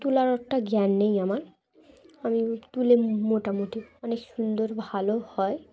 তুলার একটা জ্ঞান নেই আমার আমি তুলে মোটামুটি অনেক সুন্দর ভালো হয়